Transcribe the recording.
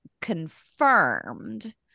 confirmed